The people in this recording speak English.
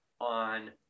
on